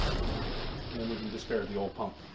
and then we can discard the old pump.